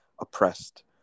oppressed